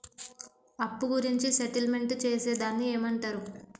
అప్పు గురించి సెటిల్మెంట్ చేసేదాన్ని ఏమంటరు?